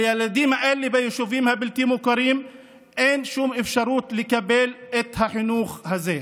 לילדים ביישובים הבלתי-מוכרים אין שום אפשרות לקבל את החינוך הזה.